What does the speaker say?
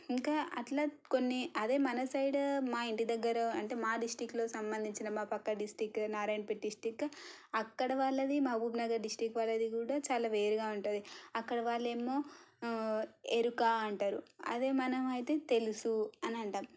ఇంకా అట్లా కొన్ని అదే మన సైడు మా ఇంటి దగ్గర అంటే మా డిస్ట్రిక్ట్లో సంబంధించిన మా పక్క డిస్ట్రిక్ట్ నారాయణపేట డిస్ట్రిక్ట్ అక్కడ వాళ్ళది మహబూబ్నగర్ డిస్ట్రిక్ట్ వాళ్ళది కూడా చాలా వేరుగా ఉంటుంది అక్కడ వాళ్ళు ఏమో ఎరుక అంటారు అదే మనము అయితే తెలుసు అని అంటాము